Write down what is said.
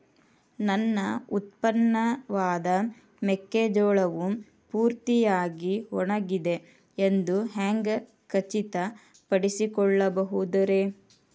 ನನ್ನ ಉತ್ಪನ್ನವಾದ ಮೆಕ್ಕೆಜೋಳವು ಪೂರ್ತಿಯಾಗಿ ಒಣಗಿದೆ ಎಂದು ಹ್ಯಾಂಗ ಖಚಿತ ಪಡಿಸಿಕೊಳ್ಳಬಹುದರೇ?